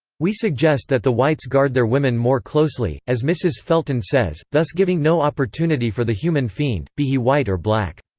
we suggest that the whites guard their women more closely, as mrs. felton says, thus giving no opportunity for the human fiend, be he white or black.